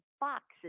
boxes